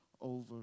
over